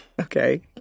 Okay